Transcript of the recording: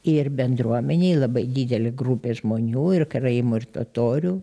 ir bendruomenei labai didelė grupė žmonių ir karaimų ir totorių